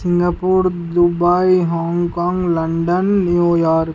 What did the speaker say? Singapore Dubai Hong Kong London New York